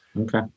Okay